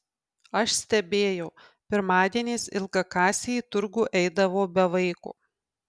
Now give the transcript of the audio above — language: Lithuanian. aš stebėjau pirmadieniais ilgakasė į turgų eidavo be vaiko